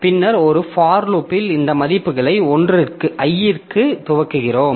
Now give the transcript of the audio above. பின்னர் ஒரு for loop இல் இந்த மதிப்புகளை i க்கு துவக்குகிறோம்